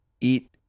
eat